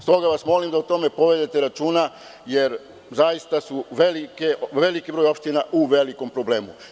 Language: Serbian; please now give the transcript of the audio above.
Stoga vas molim da o tome povedete računa, jer zaista je veliki broj opština u velikom problemu.